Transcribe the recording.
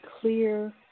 clear